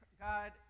God